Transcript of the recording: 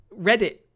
Reddit